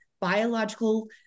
biological